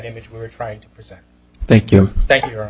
image we're trying to present thank you thank you